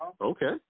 Okay